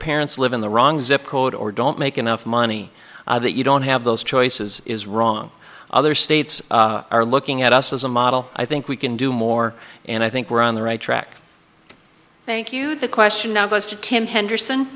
parents live in the wrong zip code or don't make enough money that you don't have those choices is wrong other states are looking at us as a model i think we can do more and i think we're on the right track thank you the question now of us to tim henderson